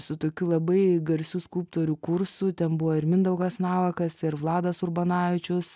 su tokiu labai garsių skulptorių kursu ten buvo ir mindaugas navakas ir vladas urbanavičius